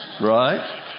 Right